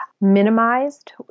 minimized